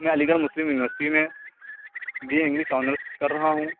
میں Aligarh Muslim university میں B A English honours کر رہا ہوں